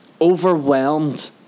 overwhelmed